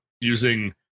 using